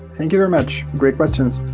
thank you very much. great questions.